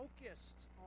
focused